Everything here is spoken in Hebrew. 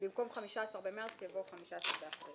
במקום "15 במרס" יבוא "15 באפריל".